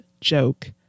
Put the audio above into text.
joke